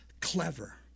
clever